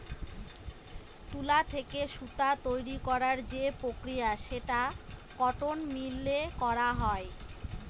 তুলা থেকে সুতা তৈরী করার যে প্রক্রিয়া সেটা কটন মিলে করা হয়